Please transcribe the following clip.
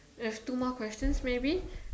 there's two more questions maybe